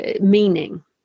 meaning